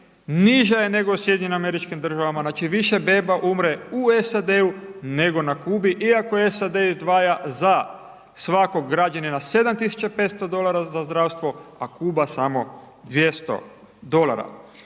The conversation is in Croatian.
niža je nego u SAD-u, znači više beba umre u SAD-e nego na Kubi iako SAD izdvaja za svakog građanina 7.500 dolara za zdravstvo, a Kuba samo 200 dolara.